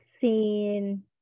seen